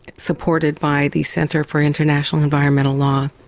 supported by the centre for international environmental law,